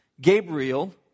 Gabriel